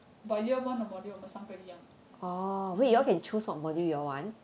but year one 的 module 我们三个一样